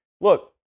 Look